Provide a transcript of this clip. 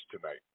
tonight